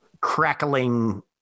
crackling